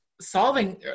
solving